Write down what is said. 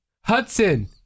Hudson